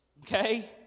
okay